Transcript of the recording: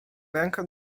rękę